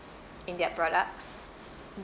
in their products